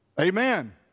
Amen